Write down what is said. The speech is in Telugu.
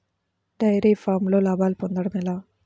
డైరి ఫామ్లో లాభాలు పొందడం ఎలా?